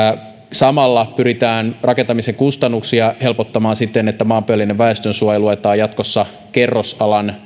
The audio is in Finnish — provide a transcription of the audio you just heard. samalla pyritään rakentamisen kustannuksia helpottamaan siten että maanpäällinen väestönsuoja luetaan jatkossa kerrosalan